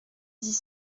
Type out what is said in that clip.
dix